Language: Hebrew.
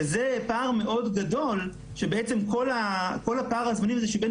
שזה פער מאוד גדול שבעצם כל פער הזמנים הזה שבין